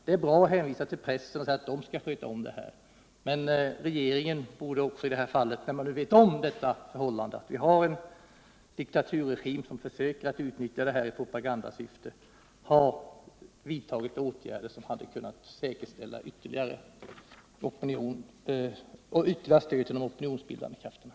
Det är bra att hänvisa till pressen och säga att den skall sköta om det här, men regeringen borde i detta fall — när man nu känner till förhållandena, att det finns en diktaturregim som försöker utnyttja idrottsevenemanget i propagandasyfte — ha vidtagit åtgärder som kunnat säkerställa ytterligare stöd till de opinionsbildande krafterna.